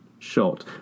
shot